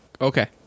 Okay